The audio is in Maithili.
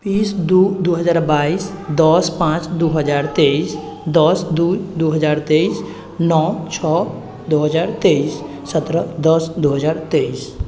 बीस दू दू हजार बाइस दस पाँच दू हजार तेइस दस दू दू हजार तेइस नओ छओ दू हजार तेइस सतरह दस दू हजार तेइस